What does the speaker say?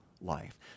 life